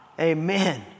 Amen